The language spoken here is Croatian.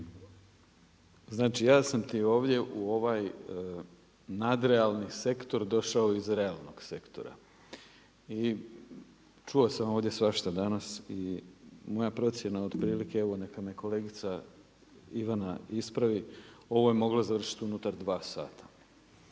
znači ja sam ti ovdje u ovaj nadrealni sektor došao iz realnog sektora i čuo sam ovdje svašta danas. I moja procjena je otprilike ovo, neka me kolegica Ivana ispravi, ovo je moglo završiti unutar dva sata.